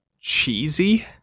cheesy